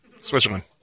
Switzerland